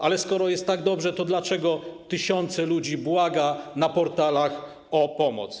Ale skoro jest tak dobrze, to dlaczego tysiące ludzi błaga na portalach o pomoc?